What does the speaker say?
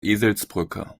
eselsbrücke